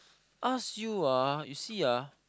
ask you ah you see ah